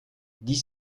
dix